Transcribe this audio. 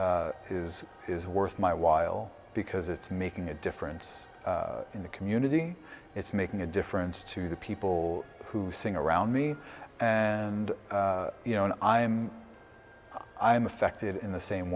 doing is is worth my while because it's making a difference in the community it's making a difference to the people who sing around me and you know i'm i'm affected in the same